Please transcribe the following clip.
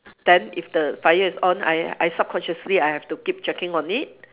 then if the fire is on I I subconsciously I have to keep checking on it